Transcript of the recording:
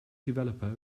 developer